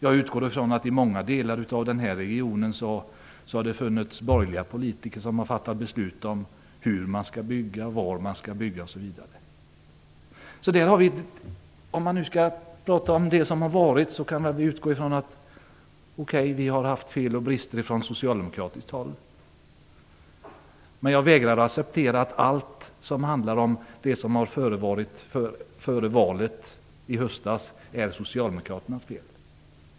Jag utgår ifrån att det i många delar av den här regionen har funnits borgerliga politiker som fattat beslut om hur och var man skall bygga. Om man skall tala om det som varit kan man konstatera att det visst kan ha gjorts fel från socialdemokratiskt håll, men jag vägrar att acceptera att allt det som hänt före valet i höstas är socialdemokraternas fel.